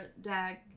dag